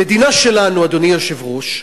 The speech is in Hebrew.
המדינה שלנו, אדוני היושב-ראש,